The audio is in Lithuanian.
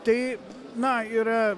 tai na yra